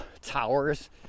towers